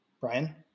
Brian